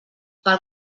pel